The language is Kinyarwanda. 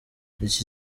iki